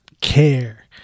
care